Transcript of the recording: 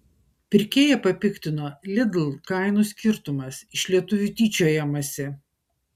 pirkėją papiktino lidl kainų skirtumas iš lietuvių tyčiojamasi